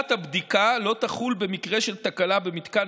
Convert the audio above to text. דחיית הבדיקה לא תחול במקרה של תקלה במתקן